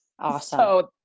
Awesome